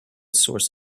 source